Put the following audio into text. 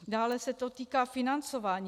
Dále se to týká financování.